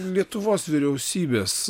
lietuvos vyriausybės